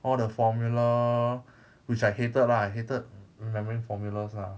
all the formula which I hated lah I hated remembering formulas lah